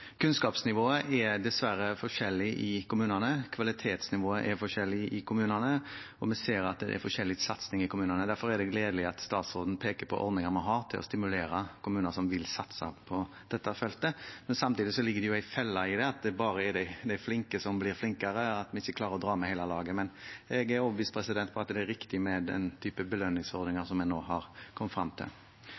Kunnskapsnivået er dessverre forskjellig i kommunene, kvalitetsnivået er forskjellig i kommunene, og vi ser at det er forskjellig satsing i kommunene. Derfor er det gledelig at statsråden peker på ordninger vi har for å stimulere kommuner som vil satse på dette feltet. Samtidig ligger det en felle i det: at det bare er de flinke som blir flinkere, og at vi ikke klarer å dra med hele laget. Men jeg er overbevist om at det er riktig med den typen belønningsordninger som vi nå er kommet frem til. Jeg har også lyst til